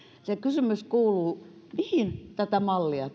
se kysymys kuuluu mihin tätä mallia